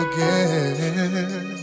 Again